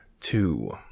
two